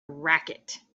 racket